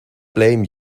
blame